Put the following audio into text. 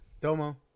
Domo